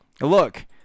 Look